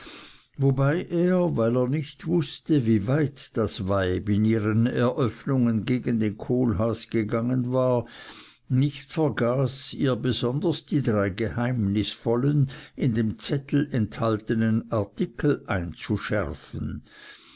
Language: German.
wobei er weil er nicht wußte wie weit das weib in ihren eröffnungen gegen den kohlhaas gegangen war nicht vergaß ihr besonders die drei geheimnisvollen in dem zettel enthaltenen artikel einzuschärfen